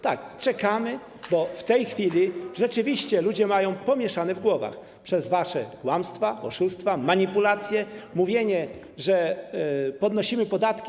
Tak, czekamy, bo w tej chwili rzeczywiście ludzie mają pomieszane w głowach przez wasze kłamstwa, oszustwa, manipulacje, mówienie, że podnosimy podatki.